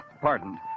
Pardon